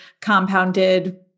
compounded